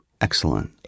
Excellent